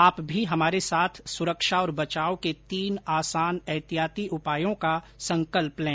आप भी हमारे साथ सुरक्षा और बचाव के तीन आसान एहतियाती उपायों का संकल्प लें